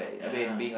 ya